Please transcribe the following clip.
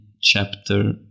chapter